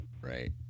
right